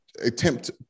attempt